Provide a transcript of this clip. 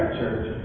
church